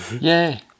yay